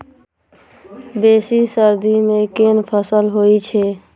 बेसी सर्दी मे केँ फसल होइ छै?